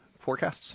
forecasts